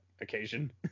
occasion